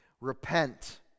Repent